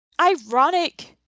ironic